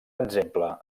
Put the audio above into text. exemple